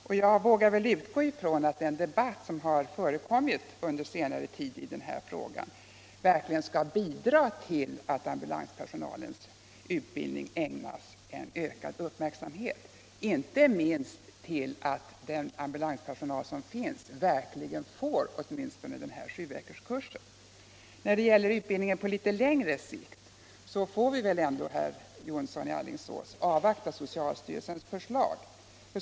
Och jag vågar väl utgå från att den debatt som förekommit på senare tid i den här frågan skall bidra till att ambulanspersonalens utbildning ägnas ökad uppmärksamhet — åtminstone så att den ambulanspersonal som finns verkligen får genomgå den här sjuveckorskursen. När det gäller utbildningen på litet längre sikt får vi väl ändå, herr Jonsson i Alingsås, avvakta socialstyrelsens förslag.